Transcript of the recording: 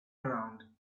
around